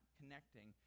connecting